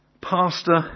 Pastor